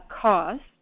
cost